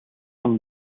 een